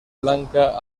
blanca